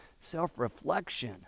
self-reflection